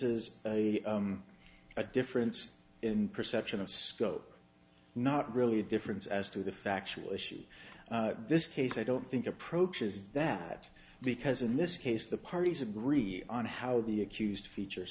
is a difference in perception of scope not really a difference as to the factual issue this case i don't think approaches that because in this case the parties agree on how the accused features